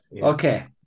Okay